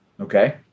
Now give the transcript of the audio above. okay